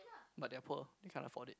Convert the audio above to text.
but they are poor they can't afford it